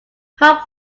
hope